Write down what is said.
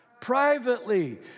Privately